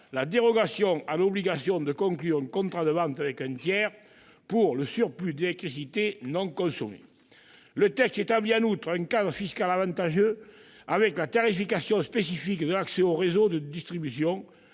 la dérogation à l'obligation de conclure un contrat de vente avec un tiers pour le surplus d'électricité non consommé. Le texte établit, en outre, un cadre fiscal avantageux, avec la tarification spécifique de l'accès au réseau de distribution